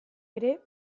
ere